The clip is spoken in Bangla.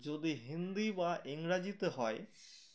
যদি হিন্দি বা ইংরাজিতে হয়